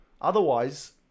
Otherwise